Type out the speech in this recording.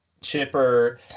chipper